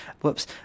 Whoops